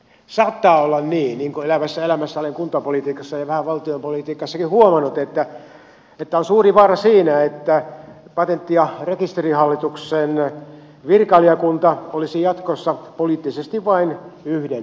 saattaa olla niin niin kuin elävässä elämässä olen kuntapolitiikassa ja vähän valtion politiikassakin huomannut että on suuri vaara että patentti ja rekisterihallituksen virkailijakunta olisi jatkossa poliittisesti vain yhden väristä